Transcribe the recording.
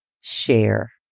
share